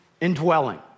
indwelling